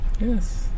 Yes